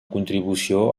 contribució